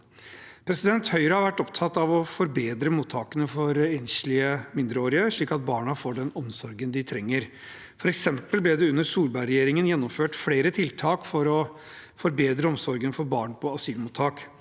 måte. Høyre har vært opptatt av å forbedre mottakene for enslige mindreårige, slik at barna får den omsorgen de trenger. For eksempel ble det under Solberg-regjeringen gjennomført flere tiltak for å forbedre omsorgen for barn på asylmottak.